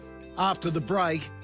after the break,